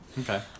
Okay